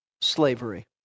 slavery